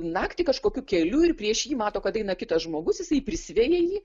naktį kažkokių keliu ir prieš jį mato kad eina kitas žmogus jį prisivijo jį